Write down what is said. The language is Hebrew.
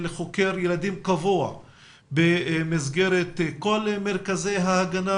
חוקר ילדים קבוע במסגרת כל מרכזי ההגנה.